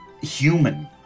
human